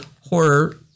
horror